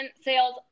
sales